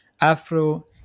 afro